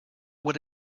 what